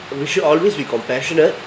we should always be compassionate